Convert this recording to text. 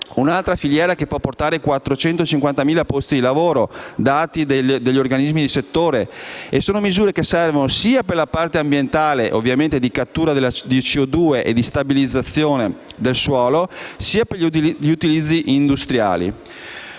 e boschi), che può portare altri 450.000 posti di lavoro (dati degli organismi di settore). Sono misure che servono sia per la parte ambientale di cattura della CO2 e di stabilizzazione del suolo sia per gli utilizzi industriali